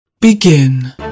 Begin